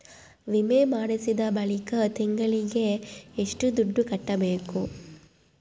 ವಿಮೆ ಮಾಡಿಸಿದ ಬಳಿಕ ತಿಂಗಳಿಗೆ ಎಷ್ಟು ದುಡ್ಡು ಕಟ್ಟಬೇಕು?